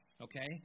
Okay